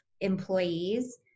employees